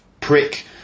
prick